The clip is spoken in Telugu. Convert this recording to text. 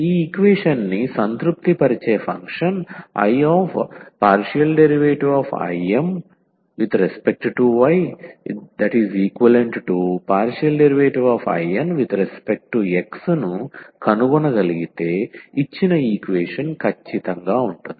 ఈ ఈక్వేషన్ని సంతృప్తిపరిచే ఫంక్షన్ I IM∂yIN∂x ను కనుగొనగలిగితే ఇచ్చిన ఈక్వేషన్ ఖచ్చితంగా ఉంటుంది